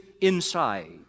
inside